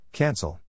Cancel